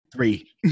Three